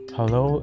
Hello